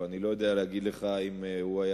אבל אני לא יודע להגיד לך אם הוא היה